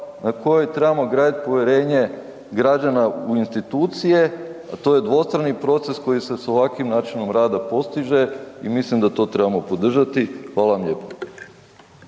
na kojoj trebamo graditi povjerenje građana u institucije a to je dvostrani proces koji se sa ovakvim načinom rada postiže i mislim da to trebamo podržati. Hvala vam lijepo.